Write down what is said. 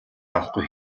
авахгүй